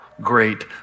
great